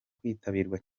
kwitabirwa